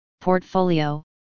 portfolio